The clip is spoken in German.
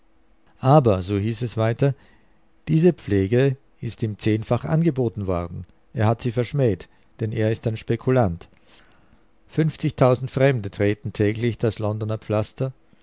aber so hieß es weiter diese pflege ist ihm zehnfach angeboten worden er hat sie verschmäht denn er ist ein spekulant fünfzigtausend fremden betreten täglich das londoner pflaster